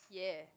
ya